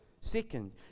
second